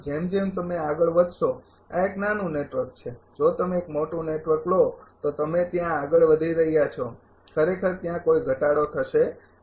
જેમ જેમ તમે આગળ વધશો આ એક નાનું નેટવર્ક છે જો તમે એક મોટું નેટવર્ક લો તો તમે ત્યાં આગળ વધી રહ્યા છો ખરેખર ત્યાં કોઈ ઘટાડો થશે નહીં